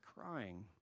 crying